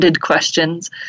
questions